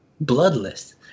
Bloodless